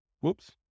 Whoops